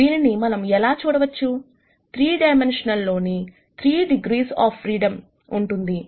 దీనిని మనం ఇలా చూడవచ్చు 3 డైమెన్షన్స్ లో 3 డిగ్రీస్ ఆఫ్ ఫ్రీడం ఉంటుంది